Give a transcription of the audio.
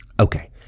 okay